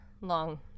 long